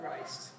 Christ